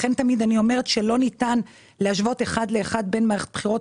לכן תמיד אני אומרת שלא ניתן להשוות אחד לאחד בין מערכת בחירות